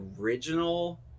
original